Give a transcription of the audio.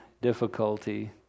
difficulty